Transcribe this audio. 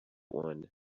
one